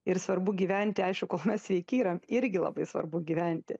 ir svarbu gyventi aišku kol mes sveiki yra irgi labai svarbu gyventi